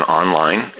online